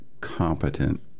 competent